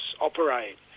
operate